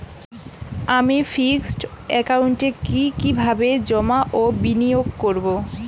আমি ফিক্সড একাউন্টে কি কিভাবে জমা ও বিনিয়োগ করব?